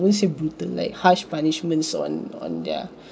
I wouldn't say brutal like harsh punishments on on their